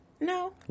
No